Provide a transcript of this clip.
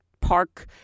park